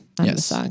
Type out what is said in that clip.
yes